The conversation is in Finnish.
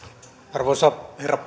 arvoisa herra